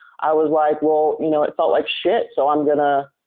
i was like, well you know it felt like shit so i'm gonna.